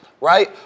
right